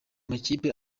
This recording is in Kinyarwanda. makipe